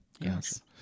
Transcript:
Yes